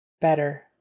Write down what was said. better